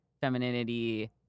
femininity